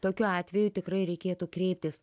tokiu atveju tikrai reikėtų kreiptis